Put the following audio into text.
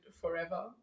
forever